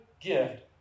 gift